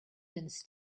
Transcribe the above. have